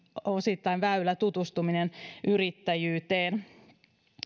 väylä tutustua yrittäjyyteen